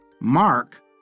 Mark